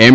એમ